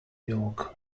york